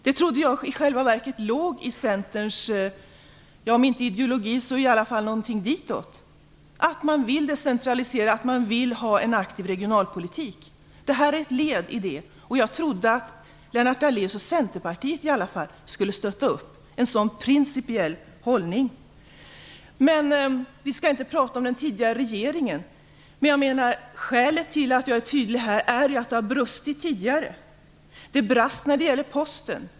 Jag trodde att det i själva verket låg i Centerns om inte ideologi så i alla fall något ditåt att man vill decentralisera och ha en aktiv regionalpolitik. Detta är ett led i det. Jag trodde att Lennart Daléus och Centerpartiet skulle stötta upp en sådan principiell hållning. Vi skall inte prata om den tidigare regeringen, men skälet till att jag är tydlig här är att det har brustit tidigare. Det brast när det gäller Posten.